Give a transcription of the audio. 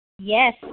Yes